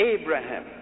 Abraham